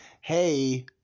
hey